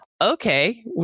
okay